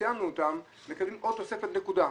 שציינו אותם עוד תוספת נקודה.